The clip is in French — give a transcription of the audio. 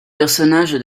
personnage